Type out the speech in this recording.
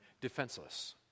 defenseless